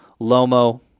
Lomo